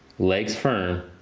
legs firm.